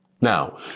Now